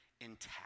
intact